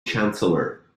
chancellor